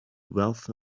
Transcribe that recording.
wealth